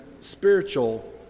spiritual